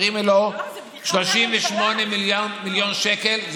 מעבירים 38 מיליון שקלים.